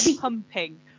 pumping